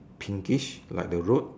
pinkish like the road